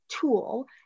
tool